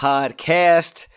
Podcast